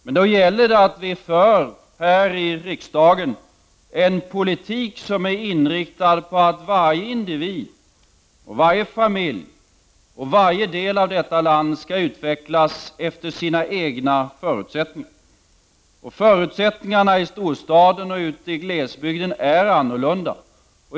Men då gäller det att vi här i riksdagen för en politik som är inriktad på att varje individ, varje familj och varje del av detta land skall utvecklas efter sina egna förutsättningar. Och förutsättninggarna i storstaden och ute i glesbygden är olika.